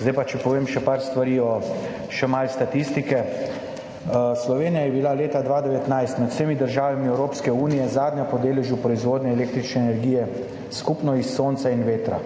za OV. Če povem še par stvari in še malo statistike. Slovenija je bila leta 2019 med vsemi državami Evropske unije zadnja po deležu proizvodnje električne energije, skupno iz sonca in vetra.